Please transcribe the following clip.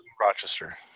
Rochester